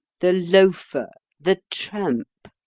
the loafer, the tramp.